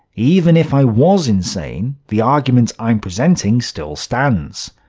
even if i was insane, the argument i'm presenting still stands.